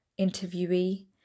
interviewee